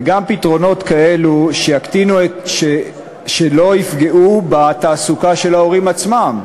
וגם פתרונות שלא יפגעו בתעסוקה של ההורים עצמם.